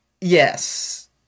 Yes